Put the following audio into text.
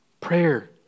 Prayer